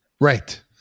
Right